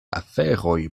aferoj